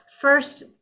first